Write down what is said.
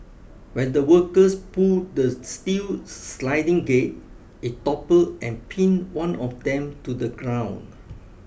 when the workers pulled the steel sliding gate it toppled and pinned one of them to the ground